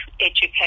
Education